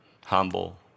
Humble